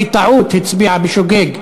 בטעות הצביעה בשוגג,